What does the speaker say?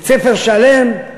בית-ספר שלם,